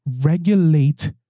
regulate